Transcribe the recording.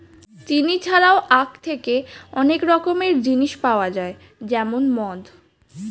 চিনি ছাড়াও আখ থেকে অনেক রকমের জিনিস পাওয়া যায় যেমন মদ